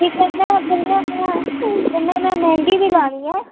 ते कन्नै कन्नै में कन्नै में मैंह्दी बी लानी ऐ